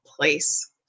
place